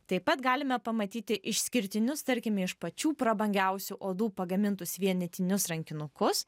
taip pat galime pamatyti išskirtinius tarkime iš pačių prabangiausių odų pagamintus vienetinius rankinukus